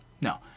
No